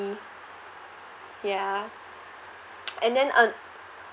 ya and then